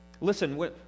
Listen